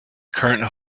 current